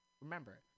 Remember